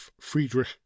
friedrich